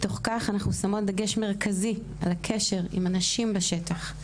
בתוך כך אנחנו שמות דגש מרכזי על הקשר עם הנשים בשטח,